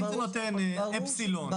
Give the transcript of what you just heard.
אם זה נותן אפסילון,